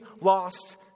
lost